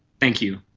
thank you.